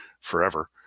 forever